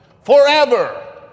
forever